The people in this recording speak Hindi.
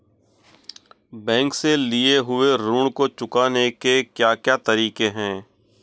बैंक से लिए हुए ऋण को चुकाने के क्या क्या तरीके हैं?